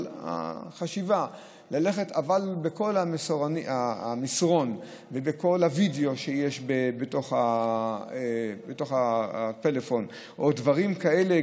אבל החשיבה היא שמסרונים וכל הווידיאו שיש בתוך הפלאפון ודברים כאלה,